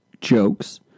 jokes